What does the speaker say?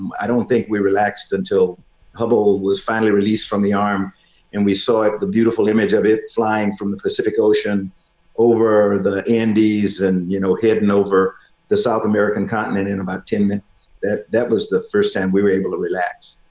i don't think we relaxed until hubble was finally released from the arm and we saw the beautiful image of it flying from the pacific ocean over the andes and you know heading over the south american continent in about ten minutes. that that was the first time we were able to relax.